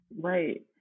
Right